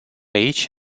aici